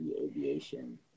Aviation